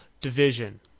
division